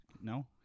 No